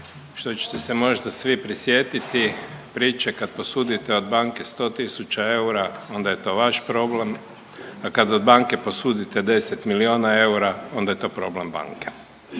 što ćete se možda svi prisjetiti, prije će, kad posudite od banke 100 tisuća eura, onda je to vaš problem, a kad od banke posudite 10 milijuna eura, onda je to problem banke.